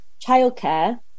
childcare